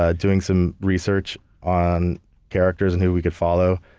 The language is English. ah doing some research on characters and who we could follow,